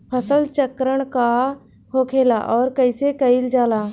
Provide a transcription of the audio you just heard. फसल चक्रण का होखेला और कईसे कईल जाला?